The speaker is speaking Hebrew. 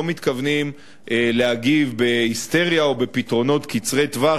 מתכוונים להגיב בהיסטריה או בפתרונות קצרי טווח,